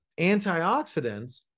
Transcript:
antioxidants